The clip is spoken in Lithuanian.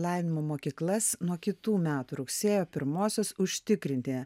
lavinimo mokyklas nuo kitų metų rugsėjo pirmosios užtikrinti